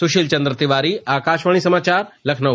सुशील चन्द्र तिवारी आकाशवाणी समाचार लखनऊ